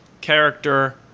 character